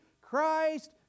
Christ